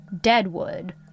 Deadwood